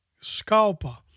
Scalpa